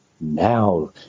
Now